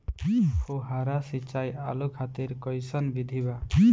फुहारा सिंचाई आलू खातिर कइसन विधि बा?